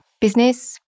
business